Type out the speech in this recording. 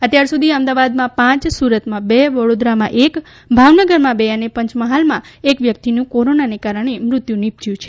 અત્યાર સુધી અમદાવાદમાં પાંચ સુરતમાં બે વડોદરામાં એક ભાવનગરમાં બે અને પંચમહાલમાં એક વ્યક્તિનું કોરોનાને કારણે મૃત્યુ નિપજ્યું છે